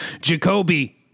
Jacoby